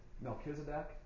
Melchizedek